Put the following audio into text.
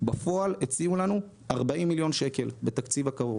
בפועל הציעו לנו 40 מיליון שקלים בתקציב הקרוב.